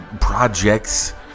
projects